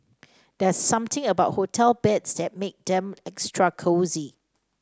there's something about hotel beds that make them extra cosy